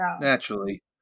Naturally